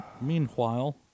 Meanwhile